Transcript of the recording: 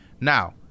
Now